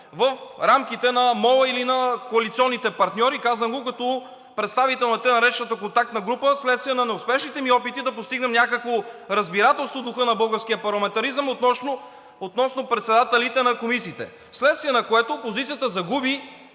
в рамките на мола или на коалиционните партньори. Казвам го като представител на тъй наречената контактна група – вследствие на неуспешните ни опити да постигнем някакво разбирателство в духа на българския парламентаризъм относно председателите на комисиите, вследствие на което опозицията загуби